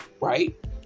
right